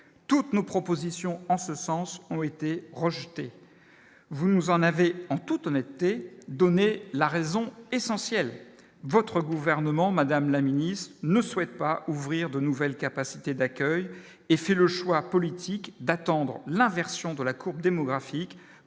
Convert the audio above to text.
toutes nos propositions en ce sens ont été rejetées, vous nous en avez en toute honnêteté, donner la raison essentielle, votre gouvernement, Madame la ministre ne souhaite pas ouvrir de nouvelles capacités d'accueil et fait le choix politique d'attendre l'inversion de la courbe démographique